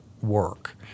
work